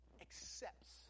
accepts